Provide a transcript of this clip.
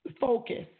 Focus